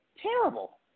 terrible